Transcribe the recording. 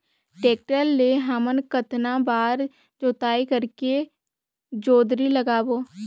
Tractor ले हमन कतना बार जोताई करेके जोंदरी लगाबो?